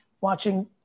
watching